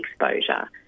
exposure